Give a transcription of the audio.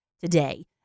today